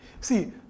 See